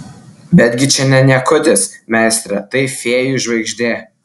betgi čia ne niekutis meistre tai fėjų žvaigždė